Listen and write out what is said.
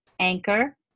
Anchor